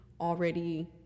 already